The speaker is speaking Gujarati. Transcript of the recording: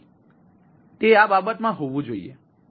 તેથી તે આ બાબતમાં હોવું જોઈએ